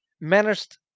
managed